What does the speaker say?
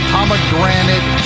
Pomegranate